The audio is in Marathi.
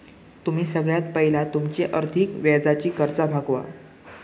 तुम्ही सगळ्यात पयला तुमची अधिक व्याजाची कर्जा भागवा